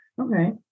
Okay